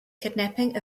kidnapping